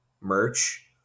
merch